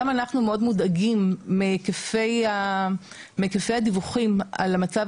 גם אנחנו מאוד מודאגים מהיקפי הדיווחים על המצב